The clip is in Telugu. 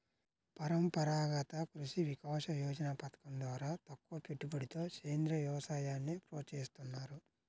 పరంపరాగత కృషి వికాస యోజన పథకం ద్వారా తక్కువపెట్టుబడితో సేంద్రీయ వ్యవసాయాన్ని ప్రోత్సహిస్తున్నారు